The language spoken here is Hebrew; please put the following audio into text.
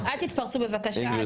אל תתפרצו בבקשה,